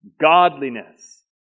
Godliness